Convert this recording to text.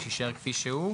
3(א)(6) כרגע יישאר כפי שהוא,